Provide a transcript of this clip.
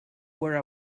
were